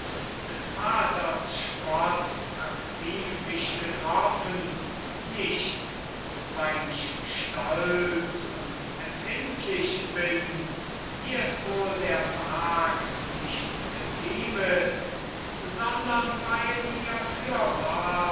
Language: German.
des vaters spott hat tief mich getroffen nicht weil ich stolz und empfindlich bin wie es wohl der magd nicht geziemet sondern weil mir fürwahr